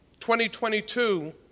2022